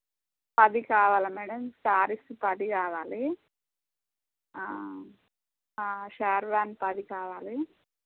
పది కావాలి madam saris పది కావాలి షెర్వాని పది కావాలి